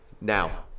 Now